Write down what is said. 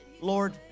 Lord